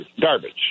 garbage